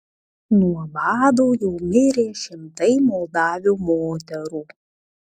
nuo bado jau mirė šimtai moldavių moterų